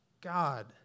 God